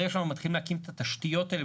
ברגע שאנחנו מתחילים להקים את התשתיות האלה,